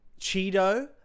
Cheeto